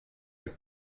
тех